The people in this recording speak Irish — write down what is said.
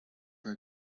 bhur